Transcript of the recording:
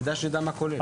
כדאי שנדע מה זה כולל.